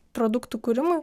produktų kūrimui